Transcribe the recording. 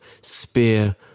Spear